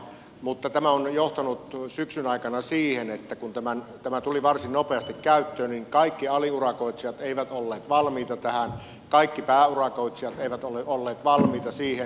mutta tämä on johtanut syksyn aikana siihen että kun tämä tuli varsin nopeasti käyttöön niin kaikki aliurakoitsijat eivät olleet valmiita tähän kaikki pääurakoitsijat eivät olleet valmiita siihen